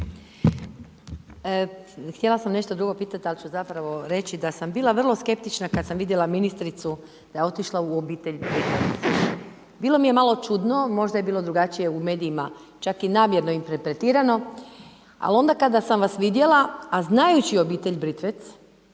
Htjela sam nešto drugo pitati ali ću zapravo reći da sam bila vrlo skeptična kada sam vidjela ministricu da je otišla u obitelj .../Govornik se ne razumije./... Bilo mi je malo čudno, možda je bilo drugačije u medijima čak i namjerno interpretirano ali onda kada sam vas vidjela a znajući obitelj Britvec